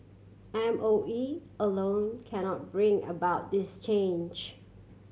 M O E alone cannot bring about this change